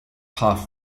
half